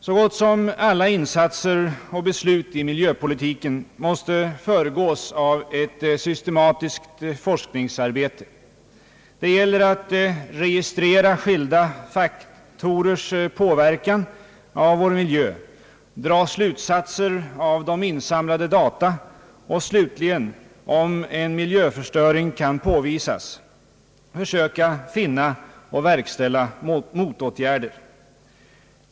Så gott som alla insatser och beslut i miljöpolitiken måste föregås av ett systematiskt forskningsarbete. Det gäller att registrera skilda faktorers påverkan av vår miljö, dra slutsatser av de insamlade data och slutligen, om en miljöförstöring kan påvisas, försöka finna och verkställa motåtgärder.